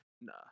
Nah